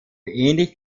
ähnlich